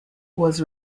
was